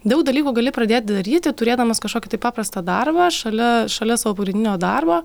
daug dalykų gali pradėti daryti turėdamas kažkokį paprastą darbą šalia šalia savo pagrindinio darbo